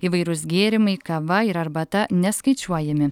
įvairūs gėrimai kava ir arbata neskaičiuojami